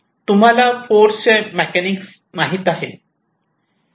तुम्हाला फोर्सचे मेकॅनिक्स माहित आहे